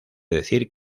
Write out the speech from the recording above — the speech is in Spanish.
decir